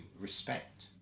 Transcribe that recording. respect